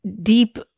deep